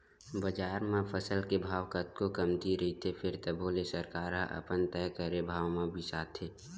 बजार म फसल के भाव कतको कमती रइही फेर तभो ले सरकार ह अपन तय करे भाव म बिसाथे